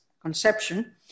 conception